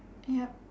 yup